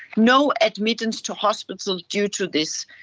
no admittance to hospital due to this.